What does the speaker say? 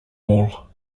all